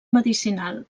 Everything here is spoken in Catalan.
medicinal